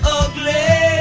ugly